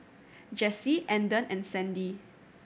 Jessie Andon and Sandi